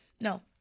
No